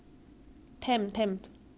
ah 九块九而已